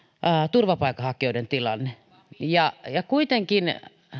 turvapaikanhakijoiden tilanne ja ja kuitenkin